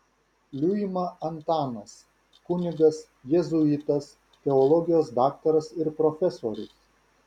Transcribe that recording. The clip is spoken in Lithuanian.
liuima antanas kunigas jėzuitas teologijos daktaras ir profesorius